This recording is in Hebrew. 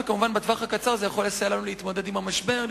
וכמובן בטווח הקצר זה יכול לסייע לנו להתמודד עם המשבר,